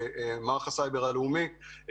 מערך הסייבר הלאומי,